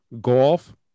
golf